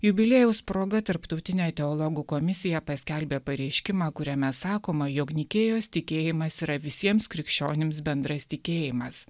jubiliejaus proga tarptautinė teologų komisija paskelbė pareiškimą kuriame sakoma jog nikėjos tikėjimas yra visiems krikščionims bendras tikėjimas